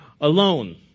alone